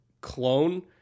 clone